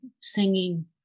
singing